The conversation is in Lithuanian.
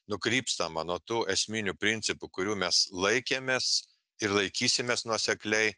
nukrypstama nuo tų esminių principų kurių mes laikėmės ir laikysimės nuosekliai